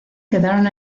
quedaron